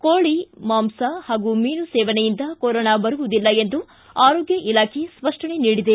ಕೋಳಿ ಮಾಂಸ ಹಾಗು ಮೀನು ಸೇವನೆಯಿಂದ ಕೊರೊನಾ ಬರುವುದಿಲ್ಲ ಎಂದು ಆರೋಗ್ಯ ಇಲಾಖೆ ಸ್ಪಷ್ಟನೆ ನೀಡಿದೆ